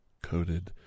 coated